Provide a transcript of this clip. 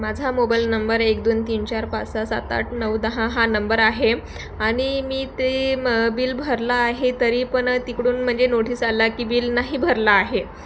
माझा mobile number एक दोन तीन चार पाच सहा सात आठ नऊ दहा हा नंबर आहे आणि मी ते बिल भरला आहे तरी पण तिकडून म्हणजे नोटिस आला की बिल नाही भरला आहे